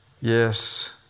Yes